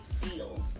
deal